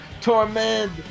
Torment